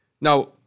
Now